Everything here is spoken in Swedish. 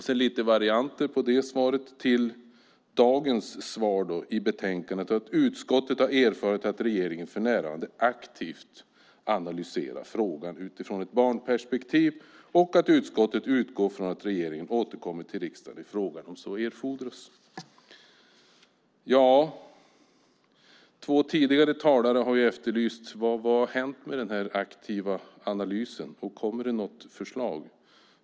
Svaret i det aktuella betänkandet är en variant: Utskottet har erfarit "att regeringen för närvarande aktivt analyserar frågan utifrån ett barnperspektiv", och "utskottet utgår ifrån att regeringen återkommer till riksdagen i frågan om så är nödvändigt". Två tidigare talare har efterlyst vad som har hänt med denna aktiva analys. Kommer det något förslag?